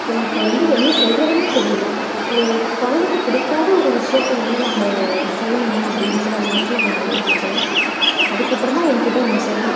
எனக்கு வந்து என்ன சொல்வதுனே தெரியிலை ஒரு குழந்தைக்கு பிடிக்காத ஒரு விஷயத்த வந்து நம்ப செய்யணுமா அப்படின்ற மாதிரி நான் யோசித்தேன் அதுக்கப்புறமா என்கிட்ட ஒன்று சொன்னாள்